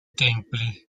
templi